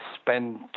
spend